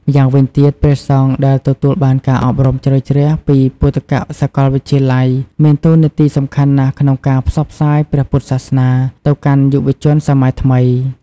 ម្យ៉ាងវិញទៀត ព្រះសង្ឃដែលទទួលបានការអប់រំជ្រៅជ្រះពីពុទ្ធិកសាកលវិទ្យាល័យមានតួនាទីសំខាន់ណាស់ក្នុងការផ្សព្វផ្សាយព្រះពុទ្ធសាសនាទៅកាន់យុវជនសម័យថ្មី។